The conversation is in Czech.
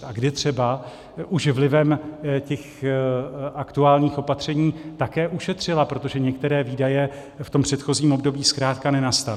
A kdy třeba už vlivem aktuálních opatření také ušetřila, protože některé výdaje v tom předchozím období zkrátka nenastaly.